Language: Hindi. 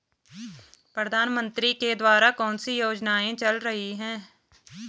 प्रधानमंत्री के द्वारा कौनसी योजनाएँ चल रही हैं?